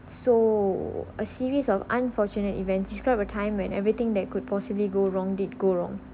so a series of unfortunate events describe a time when everything that could possibly go wrong did go wrong